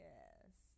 Yes